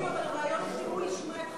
אבל הרעיון הוא שהוא ישמע את חברי הכנסת.